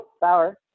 Bauer